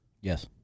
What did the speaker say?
Yes